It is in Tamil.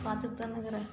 பார்த்துட்தானே இருக்குற